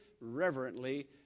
reverently